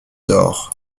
d’or